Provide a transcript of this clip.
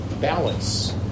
balance